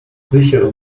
sichere